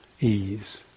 ease